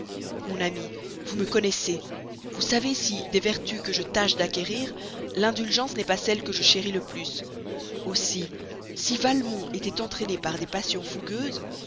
mon amie vous me connaissez vous savez si des vertus que je tâche d'acquérir l'indulgence n'est pas celle que je chéris le plus aussi si valmont était entraîné par des passions fougueuses